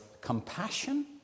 compassion